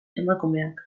emakumeak